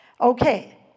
Okay